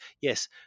yes